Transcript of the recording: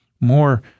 more